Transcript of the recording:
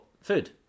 food